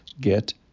get